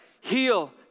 Heal